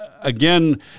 Again